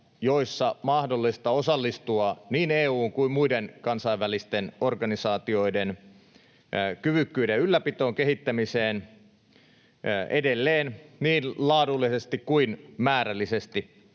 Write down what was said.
joissa on mahdollista, osallistua niin EU:n kuin muidenkin kansainvälisten organisaatioiden kyvykkyyden ylläpitoon ja kehittämiseen edelleen niin laadullisesti kuin määrällisesti.